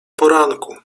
poranku